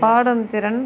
பாடும் திறன்